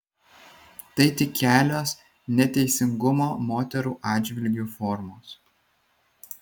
tai tik kelios neteisingumo moterų atžvilgiu formos